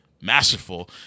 Masterful